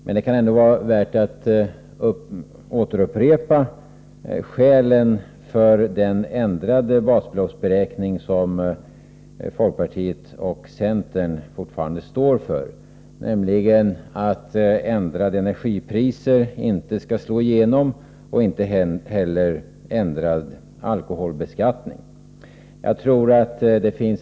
Men det kan ändå vara värt att upprepa skälen för den ändrade basbeloppsberäkning som folkpartiet och centern fortfarande står för, nämligen att höjda energipriser och höjd alkoholbeskattning inte skall slå igenom.